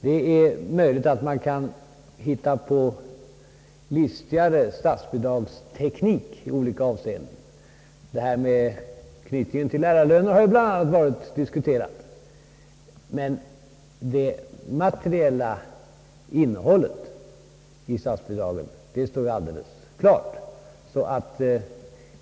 Det är möjligt att man kan hitta på listigare statsbidragsteknik i olika avseenden — anknytning till lärarlöner har bl.a. diskuterats — men det materiella innehållet i statsbidragen står alldeles klart.